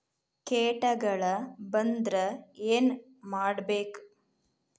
ಕೇಟಗಳ ಬಂದ್ರ ಏನ್ ಮಾಡ್ಬೇಕ್?